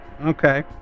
Okay